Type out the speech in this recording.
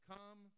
Come